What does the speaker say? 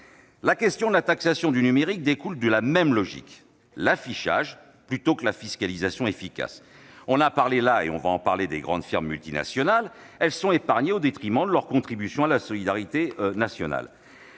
La proposition de taxation du numérique découle de la même logique : l'affichage plutôt qu'une fiscalisation efficace. De fait, les grandes firmes multinationales sont épargnées, au détriment de leur contribution à la solidarité nationale.